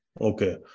okay